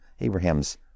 Abraham's